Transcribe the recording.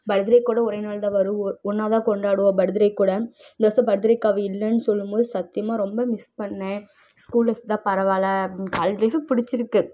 birthday கூட ஒரே நாள் தான் வரும் ஒ ஒன்றா தான் கொண்டாடுவோம் பர்த்டே கூட இந்த வர்ஷம் பர்த்டேக்கு அவள் இல்லைன்னு சொல்லும்போது சத்தியமாக ரொம்ப மிஸ் பண்ணேன் ஸ்கூல் லைஃப் தான் பரவாயில்ல அப்படின்னு காலேஜ் லைஃபும் பிடிச்சிருக்கு